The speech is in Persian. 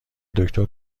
دکتر